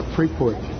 Freeport